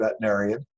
veterinarian